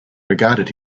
regarded